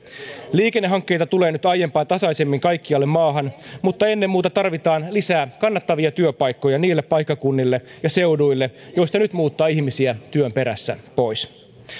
liikennehankkeita tulee nyt aiempaa tasaisemmin kaikkialle maahan mutta ennen muuta tarvitaan lisää kannattavia työpaikkoja niille paikkakunnille ja seuduille joista nyt muuttaa ihmisiä työn perässä pois